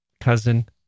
cousin